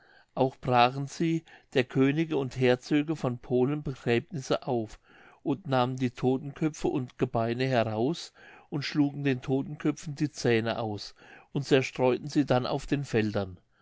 auch brachen sie der könige und herzöge von polen begräbnisse auf und nahmen die todtenköpfe und gebeine heraus und schlugen den todtenköpfen die zähne aus und zerstreuten sie dann auf den feldern